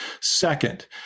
second